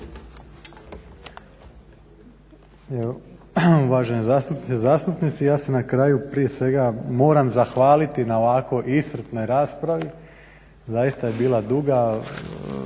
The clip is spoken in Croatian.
uvažene zastupnice i zastupnici ja se na kraju prije svega moram zahvaliti na ovako iscrpnoj raspravi. Zaista je bila duga,